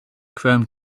chrome